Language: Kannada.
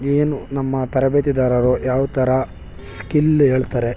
ಏನು ನಮ್ಮ ತರಬೇತಿದಾರರು ಯಾವ ಥರ ಸ್ಕಿಲ್ ಹೇಳ್ತಾರೆ